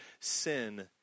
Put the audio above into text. sin